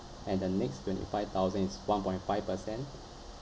and the next twenty five thousand and one point five percent